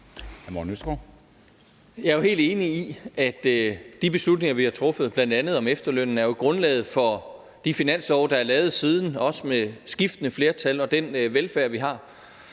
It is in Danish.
vi har truffet, bl.a. om efterlønnen, er grundlaget for de finanslove, der er lavet siden, også med skiftende flertal, og den velfærd, vi har.